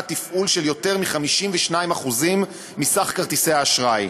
תפעול של יותר מ-52% מסך כרטיסי האשראי.